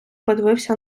подивився